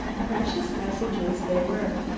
precious messages they were.